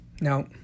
Now